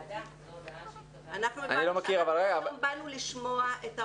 אנחנו היום באנו לשמוע את ההורים.